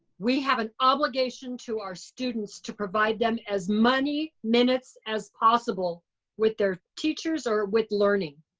we have an obligation to our students to provide them as many minutes as possible with their teachers or with learning.